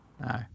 No